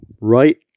right